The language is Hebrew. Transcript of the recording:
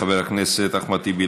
חבר הכנסת אחמד טיבי,